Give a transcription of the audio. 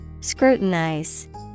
Scrutinize